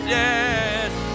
yes